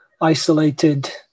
isolated